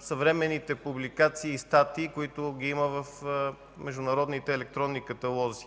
съвременните публикации и статии, които ги има в международните електронни каталози.